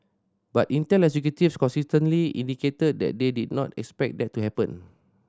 but Intel executives consistently indicated that they did not expect that to happen